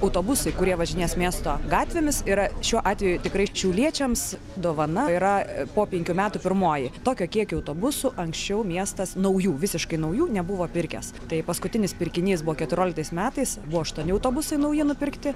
autobusai kurie važinės miesto gatvėmis yra šiuo atveju tikrai šiauliečiams dovana tai yra po penkių metų pirmoji tokio kiekio autobusų anksčiau miestas naujų visiškai naujų nebuvo pirkęs tai paskutinis pirkinys buvo keturioliktais metais buvo aštuoni autobusai nauji nupirkti